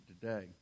today